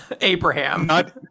Abraham